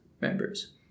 members